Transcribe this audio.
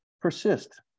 persist